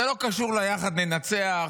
זה לא קשור ליחד ננצח.